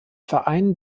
verein